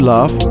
Love